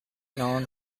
known